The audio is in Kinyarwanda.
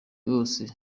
bose